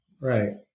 Right